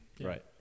Right